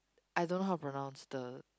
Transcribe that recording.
I don't know how pronounce the